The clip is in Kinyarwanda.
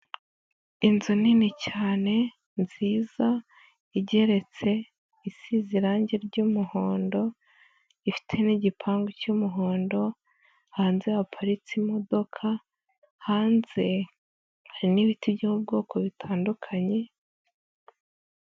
Inzu nini cyane nziza igeretse isize irangi ry'umuhondo, ifite n'gipangu cy'umuhondo, hanze haparitse imodoka, hanze hari n'ibiti by'ubwoko bitandukanye.